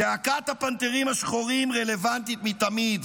זעקת הפנתרים השחורים רלוונטית מתמיד: